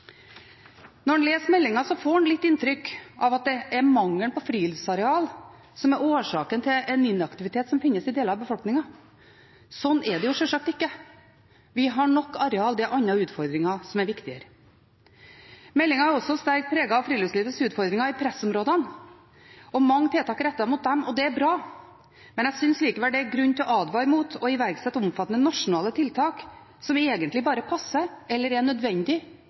Når en leser meldingen, får en litt inntrykk av at det er mangel på friluftsarealer som er årsaken til inaktiviteten som finnes i deler av befolkningen. Slik er det sjølsagt ikke. Vi har nok areal – det er andre utfordringer som er viktigere. Meldingen er også sterkt preget av friluftslivets utfordringer i pressområdene, og mange tiltak er rettet mot dem, og det er bra. Men jeg synes likevel det er grunn til å advare mot å iverksette omfattende nasjonale tiltak som egentlig bare passer eller er nødvendig